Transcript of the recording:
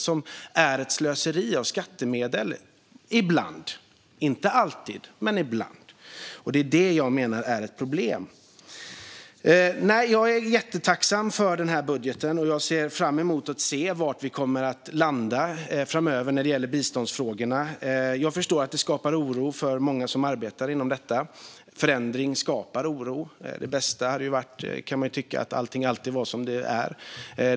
Det är slöseri med skattemedel - ibland, inte alltid men ibland. Det är det jag menar är ett problem. Jag är jättetacksam över budgeten och ser fram emot att se var vi kommer att landa framöver när det gäller biståndsfrågorna. Jag förstår att det skapar oro för många som arbetar inom detta. Förändring skapar oro. Man kan tycka att det bästa hade varit om allting alltid fick vara som det brukar vara.